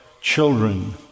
children